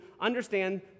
understand